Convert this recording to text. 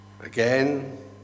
Again